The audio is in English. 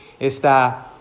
está